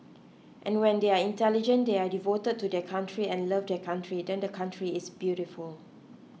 and when they are intelligent they are devoted to their country and love their country then the country is beautiful